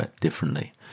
differently